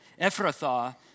Ephrathah